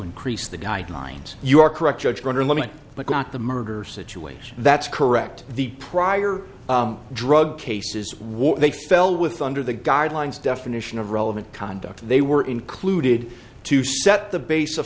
increase the guidelines you are correct judge brunner limit but got the murder situation that's correct the prior drug cases what they fell with under the guidelines definition of relevant conduct they were included to set the base